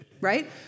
right